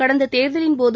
கடந்த தேர்தலின்போது